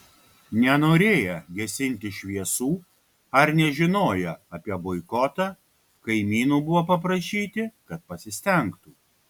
nenorėję gesinti šviesų ar nežinoję apie boikotą kaimynų buvo paprašyti kad pasistengtų